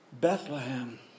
Bethlehem